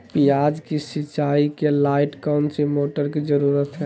प्याज की सिंचाई के लाइट कौन सी मोटर की जरूरत है?